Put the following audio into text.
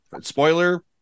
spoiler